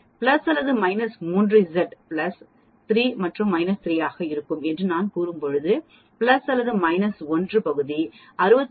plus அல்லது minus 3 Z plus 3 மற்றும் minus 3 ஆக இருக்கும் என்று நான் கூறும்போது பிளஸ் அல்லது மைனஸ் 1 பகுதி 68